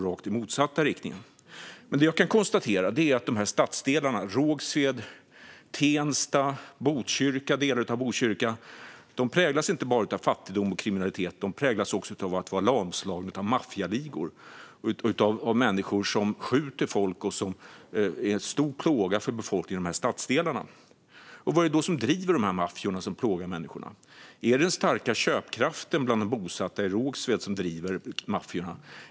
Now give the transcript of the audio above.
Jag konstaterar att stadsdelarna Rågsved, Tensta och delar av Botkyrka präglas inte bara av fattigdom och kriminalitet utan också av att vara lamslagna av maffialigor, av människor som skjuter folk, som är en stor plåga för befolkningen i de stadsdelarna. Vad är det som driver maffiorna som plågar människorna? Är det den starka köpkraften bland de bosatta i Rågsved som driver maffiorna?